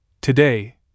Today